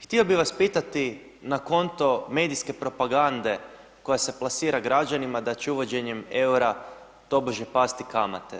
Htio bih vas pitati na konto medijske propagande koja se plasira građanima da će uvođenjem eura tobože pasti kamate.